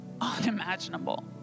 unimaginable